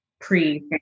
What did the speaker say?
pre